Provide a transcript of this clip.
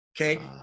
okay